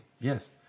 Yes